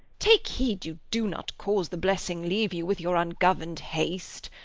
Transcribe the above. take heed you do not cause the blessing leave you, with your ungovern'd haste.